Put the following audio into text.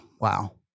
wow